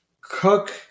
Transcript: cook